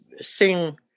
sing